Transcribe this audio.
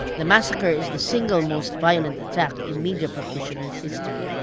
the massacre is the single most violent attack in media practitioners' history.